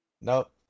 Nope